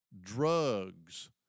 drugs